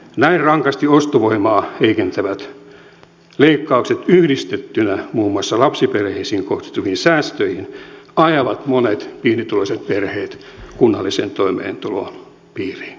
näin rankasti ostovoimaa heikentävät leikkaukset yhdistettyinä muun muassa lapsiperheisiin kohdistuviin säästöihin ajavat monet pienituloiset perheet kunnallisen toimeentulotuen piiriin